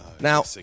Now